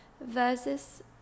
versus